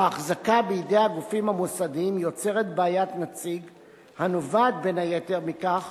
ההחזקה בידי הגופים המוסדיים יוצרת בעיית נציג הנובעת בין היתר מכך